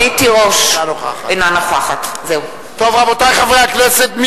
אינה נוכחת טוב, רבותי חברי הכנסת.